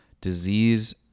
disease